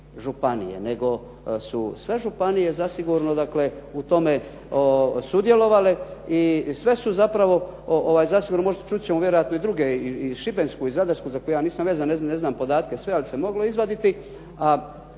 nego su sve županije zasigurno dakle u tome sudjelovale i sve su zapravo zasigurno, čut ćemo vjerojatno i druge i šibensku i zadarsku za koje ja nisam vezan, ne znam podatke sve ali se moglo izvaditi.